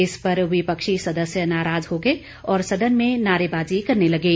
इस पर विपक्षी सदस्य नाराज हो गए और सदन में नारेबाजी करने लगे